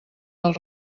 del